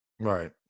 Right